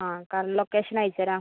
ആ current location അയച്ചുതരാം